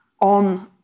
on